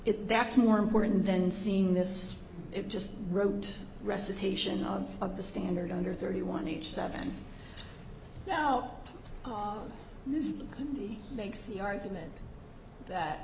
it that's more important then seeing this it just wrote recitation of of the standard under thirty one each seven now this makes the argument that